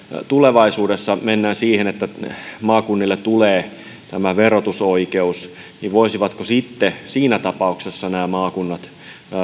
tulevaisuudessa mennään siihen että maakunnille tulee verotusoikeus niin voisivatko sitten siinä tapauksessa nämä maakunnat